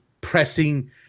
pressing –